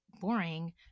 boring